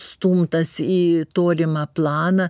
stumtas į tolimą planą